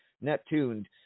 Neptune